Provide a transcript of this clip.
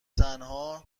تنها